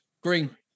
Green